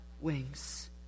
wings